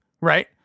Right